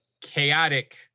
chaotic